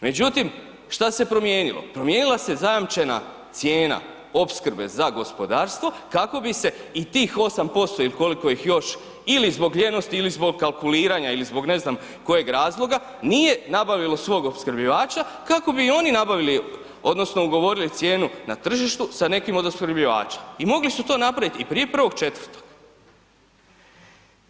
Međutim, šta se promijenilo, promijenila se zajamčena cijena opskrbe za gospodarstvo kako bi se i tih 8% ili koliko ih još ili zbog ljenosti ili zbog kalkuliranja ili zbog ne znam kojega razloga, nije nabavilo svog opskrbljivača kako bi i oni nabavili odnosno ugovorili cijenu na tržištu sa nekim od opskrbljivača i mogli su to napravit i prije 1.4.